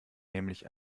nämlich